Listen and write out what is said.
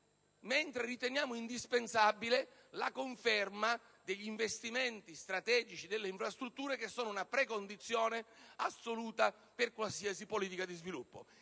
invece indispensabile la conferma degli investimenti strategici nelle infrastrutture, che sono una precondizione assoluta per qualsiasi politica di sviluppo.